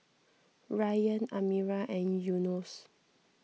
Ryan Amirah and Yunos